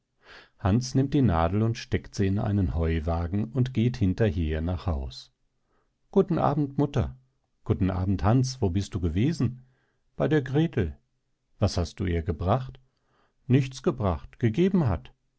hans nimmt die nadel und steckt sie in einen heuwagen und geht hinterher nach haus guten abend mutter guten abend hans wo bist du gewesen bei der grethel was hast du ihr gebracht nichts gebracht gegeben hat